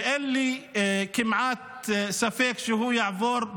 וברוח התקופה אין לי כמעט ספק שהוא יעבור,